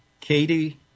Katie